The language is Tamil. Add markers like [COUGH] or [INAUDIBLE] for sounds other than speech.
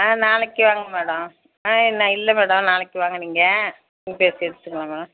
ஆ நாளைக்கு வாங்க மேடம் ஆ என்ன இல்லை மேடம் நாளைக்கு வாங்கினீங்க [UNINTELLIGIBLE] எடுத்துக்கலாம் மேடம்